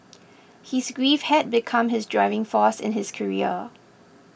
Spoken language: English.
his grief had become his driving force in his career